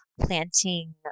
planting